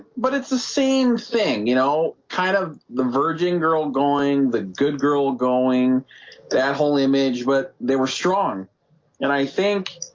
but it's the same thing you know kind of the virgin girl going the good girl going that holy image, but they were strong and i think